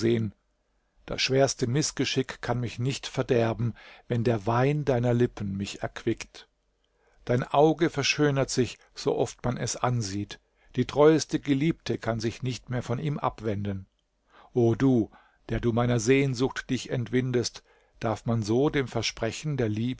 das schwerste mißgeschick kann mich nicht verderben wenn der wein deiner lippen mich erquickt dein auge verschönert sich so oft man es ansieht die treueste geliebte kann sich nicht mehr von ihm abwenden o du der du meiner sehnsucht dich entwindest darf man so dem versprechen der